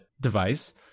device